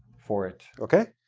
for it. okay?